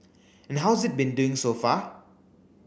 and how's it been doing so far